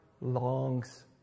longs